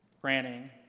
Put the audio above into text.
granting